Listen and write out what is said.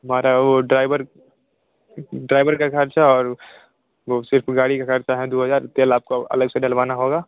हमारा वो driver driver का खर्चा और वो सिर्फ गाड़ी का खर्चा है दो हज़ार तेल आपको अलग से डलवाना होगा